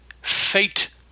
Fate